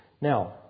Now